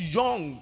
young